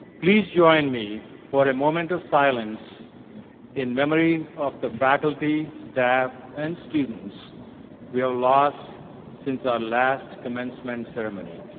please join me for a moment of silence in memory of the faculty, staff, and students we have lost since our last commencement ceremony.